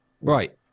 Right